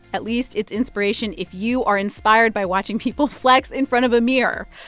at least it's inspiration if you are inspired by watching people flex in front of a mirror.